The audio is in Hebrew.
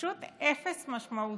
פשוט אפס משמעות.